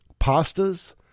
pastas